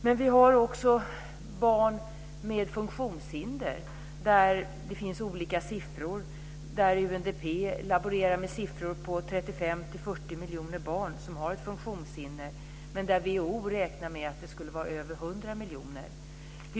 Men vi har också barn med funktionshinder där det finns olika siffror. UNDP laborerar med siffror på 35-40 miljoner barn som har ett funktionshinder, men WHO räknar med att det är över 100 miljoner barn.